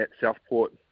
Southport